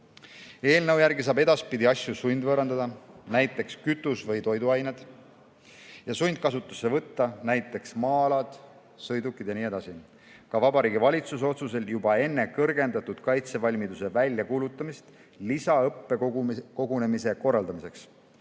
Eelnõu järgi saab edaspidi asju sundvõõrandada, näiteks kütus või toiduained, ja sundkasutusse võtta, näiteks maa-alad, sõidukid jne, ka Vabariigi Valitsuse otsusel juba enne kõrgendatud kaitsevalmiduse väljakuulutamist lisaõppekogunemise korraldamiseks